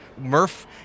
Murph